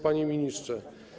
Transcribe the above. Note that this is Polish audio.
Panie Ministrze!